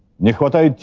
nikolai